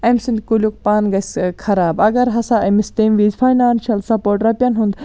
أمۍ سٕنٛدۍ کُلیُک پَن گَژھہِ خراب اگر ہَسا أمِس تمہ وز فینانشَل سَپوٹ رۄپین ہُنٛد